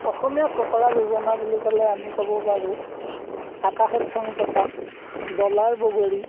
অসমীয়া ফকৰা যোজনা বুলি ক'লে আমি ক'ব পাৰোঁ আকাশত চাং পতা ডলাৰ বগৰী